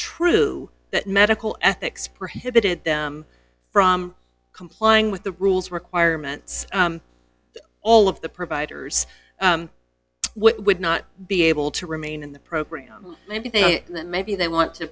true that medical ethics prohibited them from complying with the rules requirements all of the providers would not be able to remain in the program and i think that maybe they want to